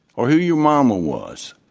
or who your mama was,